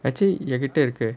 actually your litre okay